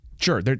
Sure